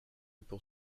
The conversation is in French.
pour